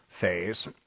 phase